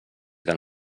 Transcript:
del